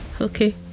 okay